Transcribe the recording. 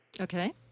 Okay